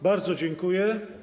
Bardzo dziękuję.